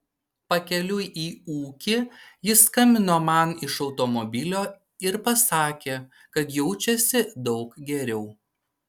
pakeliui į ūkį jis skambino man iš automobilio ir pasakė kad jaučiasi daug geriau